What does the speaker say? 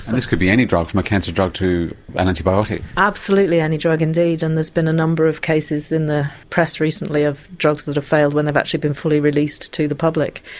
this could be any drug from a cancer drug to an antibiotic. absolutely any drug indeed and there's been a number of cases in the press recently of drugs that have failed when they've actually been fully released to the public.